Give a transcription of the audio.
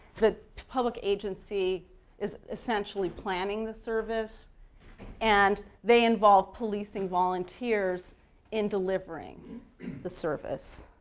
the public agency is essentially planning the service and they involve policing volunteers in delivering the service.